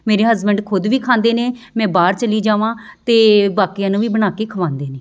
ਮੇਰੇ ਹਸਬੈਂਡ ਖੁਦ ਵੀ ਖਾਂਦੇ ਨੇ ਮੈਂ ਬਾਹਰ ਚਲੀ ਜਾਵਾਂ ਤਾਂ ਬਾਕੀਆਂ ਨੂੰ ਵੀ ਬਣਾ ਕੇ ਖਿਲਾਉਂਦੇ ਨੇ